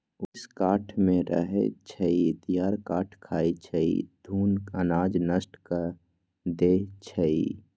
ऊरीस काठमे रहै छइ, दियार काठ खाई छइ, घुन अनाज नष्ट कऽ देइ छइ